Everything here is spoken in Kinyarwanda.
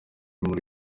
muri